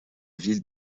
ville